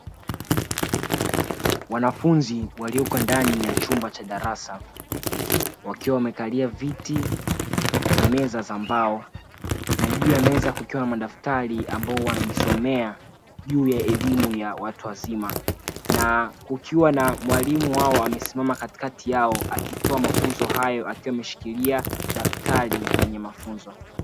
Wanafunzi walioko ndani ya chumba cha darasa wakiwa wamekalia viti pamoja na meza za mbao na juu ya meza kukiwa na madaftari ambayo wanajisomea juu ya elimu ya watu wazima. Mwalimu amesimama katikati yao akiwa anatoa mafunzo hayo akiwa ameshikilia daftari lenye mafunzo.